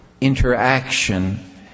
interaction